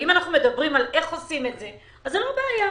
אם אנחנו מדברים על איך עושים את זה, זאת לא בעיה.